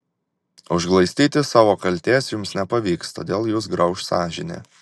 užglaistyti savo kaltės jums nepavyks todėl jus grauš sąžinė